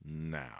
now